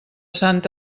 sant